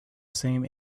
same